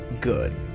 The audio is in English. good